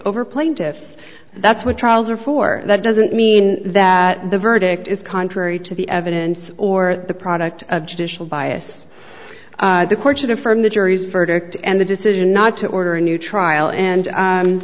over plaintiffs that's what trials are for that doesn't mean that the verdict is contrary to the evidence or the product of judicial bias the courts that affirm the jury's verdict and the decision not to order a new trial and